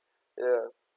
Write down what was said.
ya